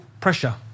pressure